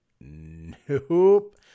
nope